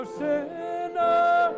sinner